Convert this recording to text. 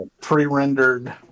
pre-rendered